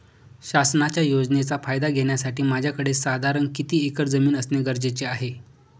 शासनाच्या योजनेचा फायदा घेण्यासाठी माझ्याकडे साधारण किती एकर जमीन असणे गरजेचे आहे?